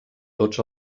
tots